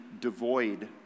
devoid